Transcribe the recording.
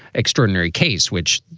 extraordinary case, which,